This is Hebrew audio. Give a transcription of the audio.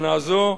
שנה זו,